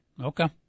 Okay